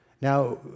Now